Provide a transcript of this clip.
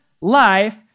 life